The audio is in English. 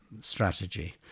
strategy